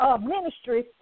ministry